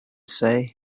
say